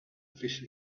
fish